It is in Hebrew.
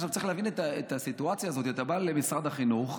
צריך להבין את הסיטואציה הזאת: אתה בא למשרד החינוך.